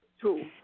two